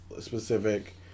specific